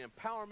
empowerment